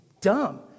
dumb